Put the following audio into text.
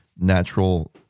natural